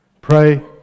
pray